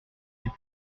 des